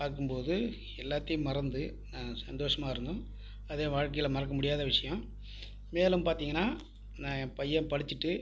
பார்க்கும்போது எல்லாத்தையும் மறந்து நான் சந்தோஷமாக இருங்தேன் அதான் ஏன் வாழ்க்கையில் மறக்க முடியாத விஷயம் மேலும் பார்த்தீங்கன்னா நான் ஏன் பையன் படிச்சிவிட்டு